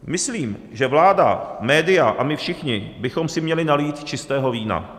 Myslím, že vláda, média a my všichni bychom si měli nalít čistého vína.